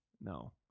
No